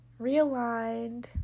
realigned